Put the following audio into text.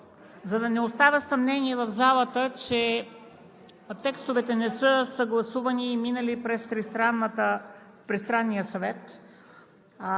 за да не остава съмнение в залата, че текстовете не са съгласувани и минали през Тристранния съвет,